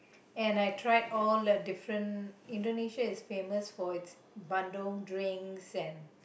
and I tried all the different Indonesia is famous for Bandung drinks and